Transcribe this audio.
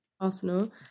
Arsenal